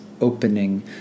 Opening